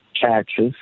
taxes